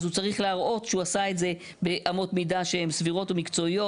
אז הוא צריך להראות שהוא עשה את זה באמות מידה שהן סבירות ומקצועיות,